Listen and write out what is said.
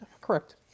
Correct